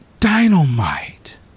Dynamite